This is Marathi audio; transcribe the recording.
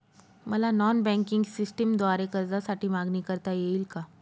मला नॉन बँकिंग सिस्टमद्वारे कर्जासाठी मागणी करता येईल का?